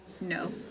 No